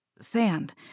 sand